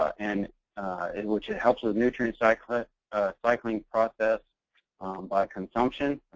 and and which helps with nutrient cycling cycling process by consumption.